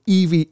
EV